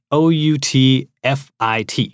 outfit